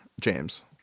James